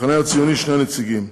המחנה הציוני, שני נציגים,